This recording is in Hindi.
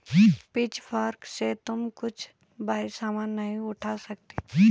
पिचफोर्क से तुम कुछ भारी सामान नहीं उठा सकती